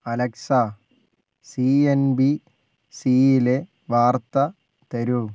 Alexa C N B സിയിലെ വാർത്ത തരൂ